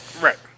right